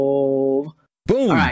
Boom